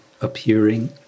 appearing